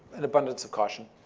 an abundance of caution,